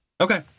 Okay